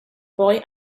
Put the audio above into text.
boy